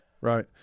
Right